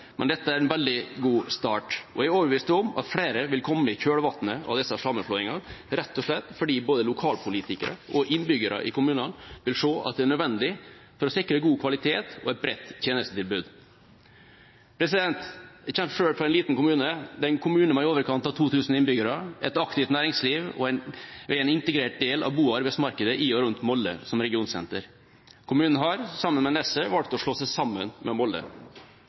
men dette er en veldig god start. Jeg er overbevist om at flere vil komme i kjølvannet av disse sammenslåingene, rett og slett fordi både lokalpolitikere og innbyggere i kommunene vil se at det er nødvendig for å sikre god kvalitet og et bredt tjenestetilbud. Jeg kommer selv fra en liten kommune. Det er en kommune med i overkant av 2 000 innbyggere, med et aktivt næringsliv, og den er en integrert del av bo- og arbeidsmarkedet i og rundt Molde som regionsenter. Kommunen har, sammen med Nesset, valgt å slå seg sammen med